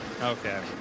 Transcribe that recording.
Okay